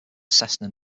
cessna